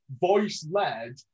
voice-led